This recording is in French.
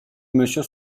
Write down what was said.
monsieur